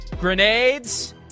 grenades